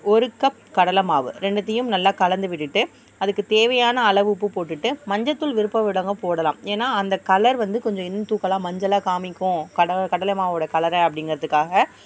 ஒரு கப் கடலை மாவு ரெண்டுத்தியும் நல்லா கலந்து விட்டுட்டு அதுக்குத் தேவையான அளவு உப்பு போட்டுட்டு மஞ்சள்தூள் விருப்பப்பட்டவங்க போடலாம் ஏன்னால் அந்த கலர் வந்து கொஞ்சம் இன்னும் தூக்கலாக மஞ்சளாக காண்மிக்கும் கடலை கடலை மாவோடய கலரை அப்படிங்குறதுக்காக